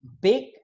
big